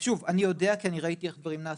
שוב, אני יודע כי ראיתי איך דברים נשים.